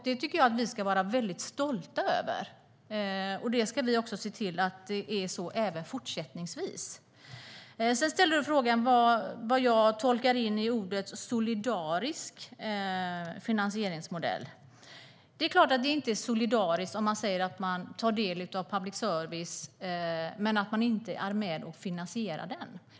Det ska vi vara stolta över, och vi ska se till att det är så även fortsättningsvis. Sedan ställde Aron Emilsson frågan om vad jag tolkar in i begreppet solidarisk finansieringsmodell. Det är klart att det inte är solidariskt om man tar del av public service men inte är med och finansierar den.